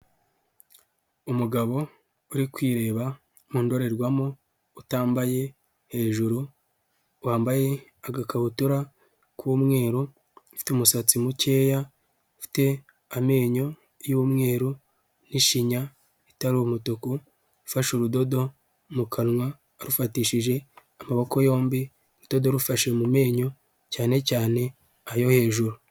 Umugabo uri kwireba mu ndorerwamo, utambaye hejuru, wambaye agakabutura k'umweru, ufite umusatsi mukeya, ufite amenyo y'umweru, n'ishinya itari umutuku, ufashe urudodo mu kanwa, arufatishije amaboko yombi, urudodo rufashe mu menyo cyane cyane ayo hejuru.